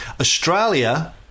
Australia